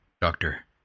Doctor